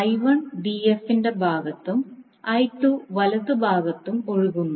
I1 df ൻറെ ഭാഗത്തും I2 വലതുഭാഗത്തും ഒഴുകുന്നു